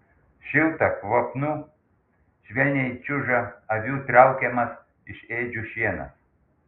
šilta kvapnu švelniai čiuža avių traukiamas iš ėdžių šienas